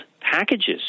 packages